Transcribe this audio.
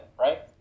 right